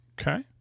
Okay